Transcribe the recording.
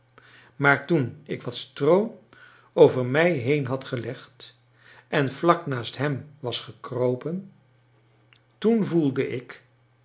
maar toen ik wat stroo over mij heen had gelegd en vlak naast hem was gekropen toen voelde ik